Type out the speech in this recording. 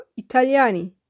Italiani